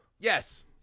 Yes